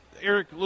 Eric